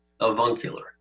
Avuncular